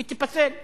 היא תיפסל בבג"ץ.